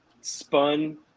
spun